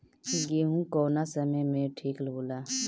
गेहू कौना समय मे ठिक होला?